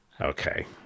okay